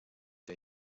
der